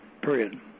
period